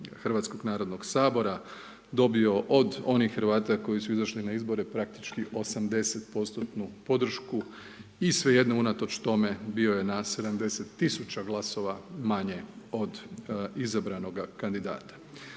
Hrvatskog Narodnog Sabora dobio od onih Hrvata koji su izašli na izbore praktički 80%-tnu podršku i sve jedno unatoč tome bio je na 70 tisuća glasova manje od izabranoga kandidata.